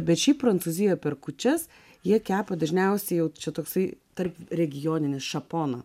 bet šiaip prancūziją per kūčias jie kepa dažniausiai jau čia toksai tarp regioninis šapona